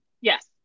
Yes